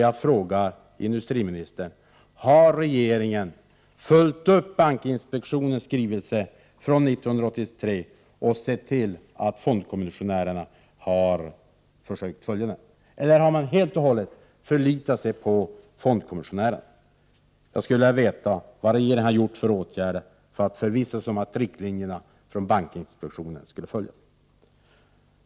Jag frågar industriministern: Har regeringen följt upp bankinspektionens skrivelse från 1983 och sett till att fondkommissionärerna har försökt följa den? Eller har man helt och hållet förlitat sig på fondkommissionärerna? Jag skulle vilja veta vilka åtgärder regeringen har vidtagit för att förvissa sig om att riktlinjerna från bankinspektionen följs.